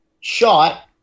shot